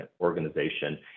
organization